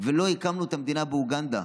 ולא הקמנו את המדינה באוגנדה,